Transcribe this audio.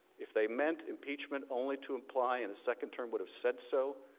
if they meant impeachment only to imply in the second term, would have said so.